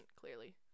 clearly